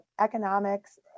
economics